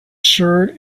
shirt